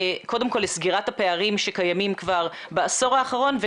קודם כל לסגירת הפערים שקיימים כבר בעשור האחרון,